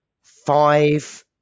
Five